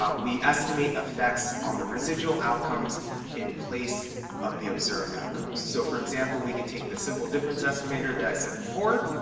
um we estimate effects on the residual outcomes in place of the observed outcomes. so, for example, we could take the simple difference estimator that i said before,